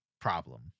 problem